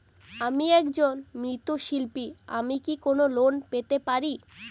আমি একজন মৃৎ শিল্পী আমি কি কোন লোন পেতে পারি?